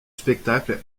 spectacle